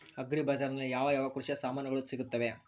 Agri ಬಜಾರಿನಲ್ಲಿ ಯಾವ ಯಾವ ಕೃಷಿಯ ಸಾಮಾನುಗಳು ಸಿಗುತ್ತವೆ?